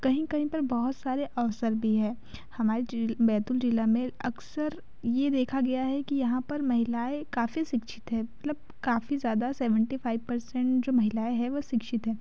कहीं कहीं पर बहुत सारे अवसर भी हैं हमारी जो बैतूल जिला में अक्सर ये देखा गया है कि यहाँ पर महिलाएँ काफ़ी शिक्षित हैं मतलब काफ़ी ज़्यादा सेवेंटी फाइव परसेंट जो महिलाएँ हैं वह शिक्षित हैं